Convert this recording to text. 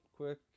Quick